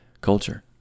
culture